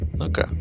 okay